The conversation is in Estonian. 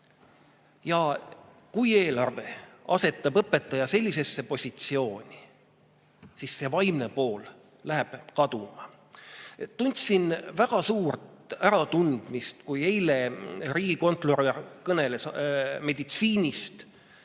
Ja kui eelarve asetab õpetaja sellisesse positsiooni, siis vaimne pool läheb kaduma. Tundsin väga suurt äratundmist, kui eile riigikontrolör kõneles meditsiinist.